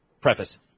Preface